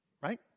right